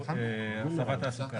הסיבות